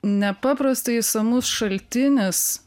nepaprastai išsamus šaltinis